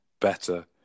better